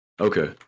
Okay